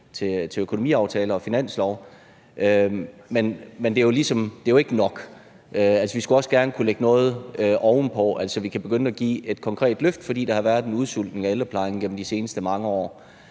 med økonomiaftaler og finanslov. Men det er jo ikke nok. Vi skulle også gerne kunne lægge noget oven på, altså kunne begynde at give et konkret løft, fordi der har været en udsultning af ældreplejen igennem de seneste mange år.